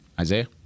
Isaiah